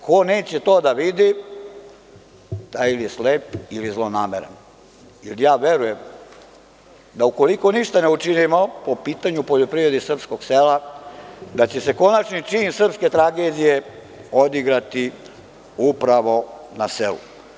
Ko neće to da vidi taj je slep ili zlonameran, jer ja verujem, ukoliko ništa ne učinimo po pitanju poljoprivrede srpskog sela, da će se konačni čin srpske tragedije odigrati upravo na selu.